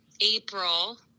April